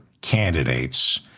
candidates